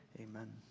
amen